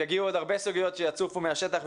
יגיעו עוד הרבה סוגיות שיצופו מהשטח,